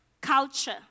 culture